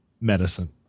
medicine